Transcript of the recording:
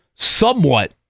somewhat